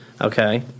Okay